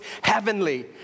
heavenly